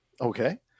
okay